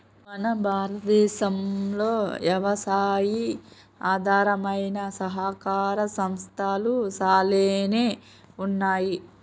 మన భారతదేసంలో యవసాయి ఆధారమైన సహకార సంస్థలు సాలానే ఉన్నాయి